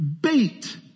bait